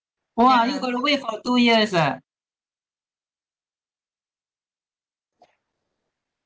!wah! you got to wait for two years ah